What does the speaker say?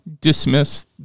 dismiss